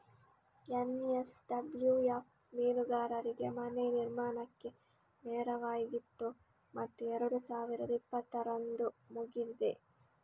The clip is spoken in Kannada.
ಎನ್.ಎಸ್.ಡಬ್ಲ್ಯೂ.ಎಫ್ ಮೀನುಗಾರರಿಗೆ ಮನೆ ನಿರ್ಮಾಣಕ್ಕೆ ನೆರವಾಗಿತ್ತು ಮತ್ತು ಎರಡು ಸಾವಿರದ ಇಪ್ಪತ್ತರಂದು ಮುಗಿದಿದೆ